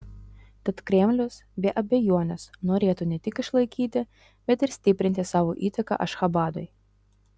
tad kremlius be abejonės norėtų ne tik išlaikyti bet ir stiprinti savo įtaką ašchabadui